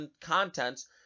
contents